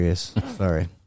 Sorry